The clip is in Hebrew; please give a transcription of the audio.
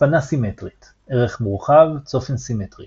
הצפנה סימטרית ערך מורחב – צופן סימטרי